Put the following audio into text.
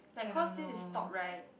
like cause this is stop right